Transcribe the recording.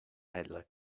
peddler